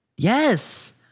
Yes